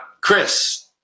Chris